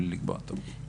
בלי לקבוע תור.